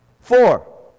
Four